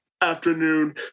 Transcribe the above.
afternoon